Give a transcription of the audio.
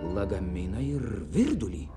lagaminą ir virdulį